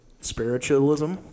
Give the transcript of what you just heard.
spiritualism